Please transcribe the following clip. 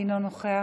אינו נוכח,